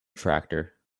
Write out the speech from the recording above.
tractor